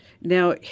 Now